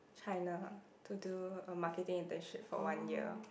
China to do a marketing internship for one year